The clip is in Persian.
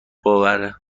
باوره